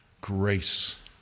Grace